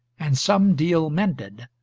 and some deal mended,